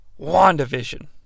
WandaVision